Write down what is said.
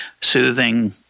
soothing